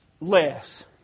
less